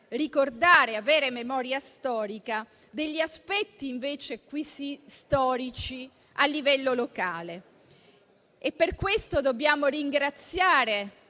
ricordare e avere memoria storica degli aspetti - qui sì - storici a livello locale. Per questo dobbiamo ringraziare